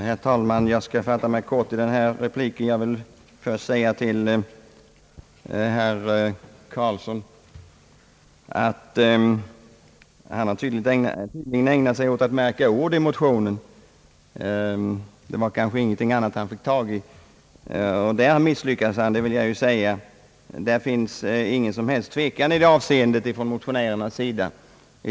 Herr talman! Jag skall fatta mig kort i min replik. Herr Karlsson har tydligen ägnat sig åt att märka ord i motionen — det var kanske ingenting annat han fick tag i — men därvidlag har han misslyckats, vill jag säga. Det finns ingen som helst tveksamhet från motionärernas sida på denna punkt.